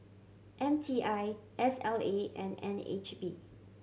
M T I S L A and N H B